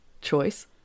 choice